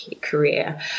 career